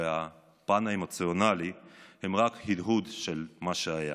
והפן האמוציונלי הם רק הדהוד של מה שהיה.